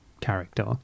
character